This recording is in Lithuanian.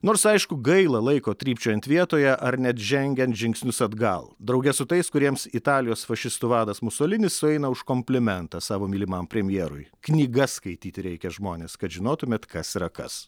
nors aišku gaila laiko trypčiojant vietoje ar net žengiant žingsnius atgal drauge su tais kuriems italijos fašistų vadas musolinis sueina už komplimentą savo mylimam premjerui knygas skaityti reikia žmonės kad žinotumėt kas yra kas